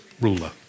ruler